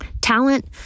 Talent